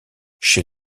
chez